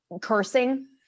cursing